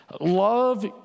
Love